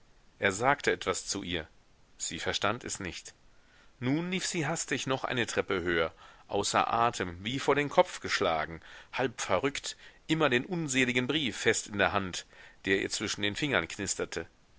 er sagte etwas zu ihr sie verstand es nicht nun lief sie hastig noch eine treppe höher außer atem wie vor den kopf geschlagen halbverrückt immer den unseligen brief fest in der hand der ihr zwischen den fingern knisterte